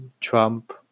Trump